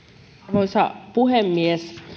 arvoisa puhemies